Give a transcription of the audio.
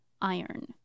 iron